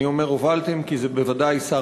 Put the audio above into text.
אני אומר "הובלתם" כי זה בוודאי שר